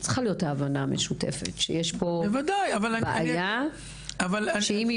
צריכה להיות הבנה משותפת שיש פה בעיה שאם היא